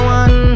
one